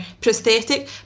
prosthetic